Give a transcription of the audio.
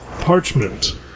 parchment